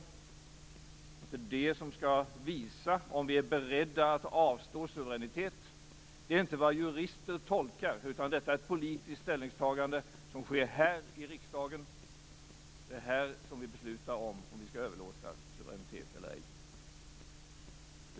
Det är detta som skall visa om vi är beredda att avstå suveränitet. Det är inte vad jurister tolkar fram, utan det är ett politiskt ställningstagande som sker här i riksdagen. Det är här som vi beslutar i frågan om vi skall överlåta suveränitet eller ej.